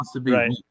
Right